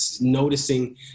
noticing